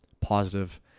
positive